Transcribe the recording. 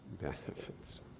benefits